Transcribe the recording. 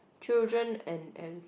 children and and